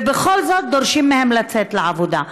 ובכל זאת דורשים מהן לצאת לעבודה.